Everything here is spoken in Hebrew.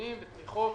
וארגונים ותמיכות,